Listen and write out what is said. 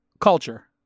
culture